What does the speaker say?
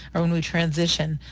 or when we transition,